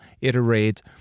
iterate